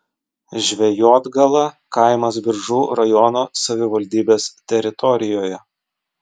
žvejotgala kaimas biržų rajono savivaldybės teritorijoje